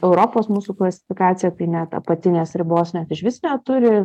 europos mūsų klasifikacija tai net apatinės ribos net išvis neturi